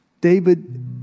David